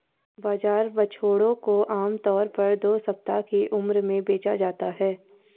बाजार बछड़ों को आम तौर पर दो सप्ताह की उम्र में बेचा जाता है